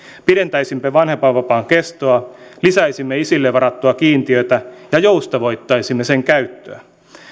pidentäisimme vanhempainvapaan kestoa lisäisimme isille varattua kiintiötä ja joustavoittaisimme sen käyttöä